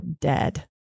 dead